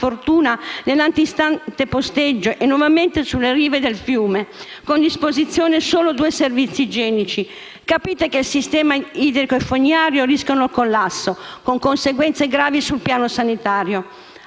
fortuna nell'antistante posteggio e nuovamente sulle rive del fiume Roja, con a disposizione solo due servizi igienici. Capite che il sistema idrico e fognario rischia il collasso, con conseguenze gravi sul piano sanitario.